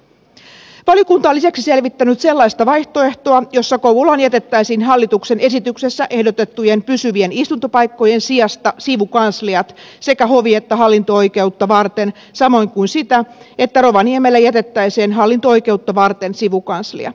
valiokunta on lisäksi selvittänyt sellaista vaihtoehtoa jossa kouvolaan jätettäisiin hallituksen esityksessä ehdotettujen pysyvien istuntopaikkojen sijasta sivukansliat sekä hovi että hallinto oikeutta varten samoin kuin sitä että rovaniemelle jätettäisiin hallinto oikeutta varten sivukanslia